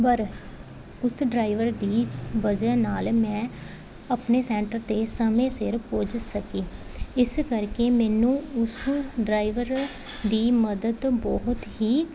ਪਰ ਉਸ ਡਰਾਈਵਰ ਦੀ ਵਜ੍ਹਾ ਨਾਲ ਮੈਂ ਆਪਣੇ ਸੈਂਟਰ 'ਤੇ ਸਮੇਂ ਸਿਰ ਪੁੱਜ ਸਕੀ ਇਸ ਕਰਕੇ ਮੈਨੂੰ ਉਸ ਡਰਾਈਵਰ ਦੀ ਮਦਦ ਬਹੁਤ ਹੀ